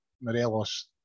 Morelos